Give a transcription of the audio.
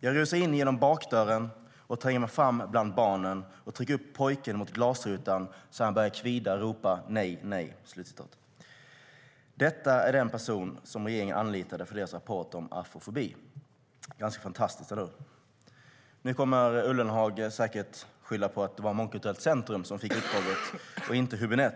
skriver: "Jag rusar in genom bakdörren och tränger mig fram bland barnen och trycker upp pojken mot glasrutan så han börjar kvida och ropa ́nej, nej ́." Detta är den person som regeringen har anlitat för sin rapport om afrofobi. Det är ganska fantastiskt.